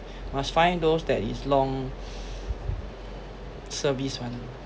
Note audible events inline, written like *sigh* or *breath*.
must find those that is long *breath* service [one]